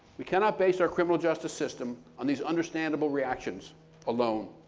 we cannot base our criminal justice system on these understandable reactions alone.